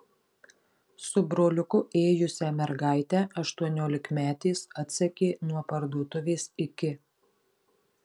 su broliuku ėjusią mergaitę aštuoniolikmetės atsekė nuo parduotuvės iki